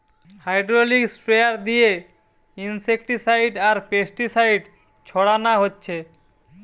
hydraulic sprayer দিয়ে insecticide আর pesticide ছোড়ানা হচ্ছে